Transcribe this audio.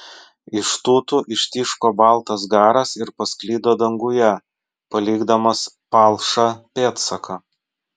iš tūtų ištiško baltas garas ir pasklido danguje palikdamas palšą pėdsaką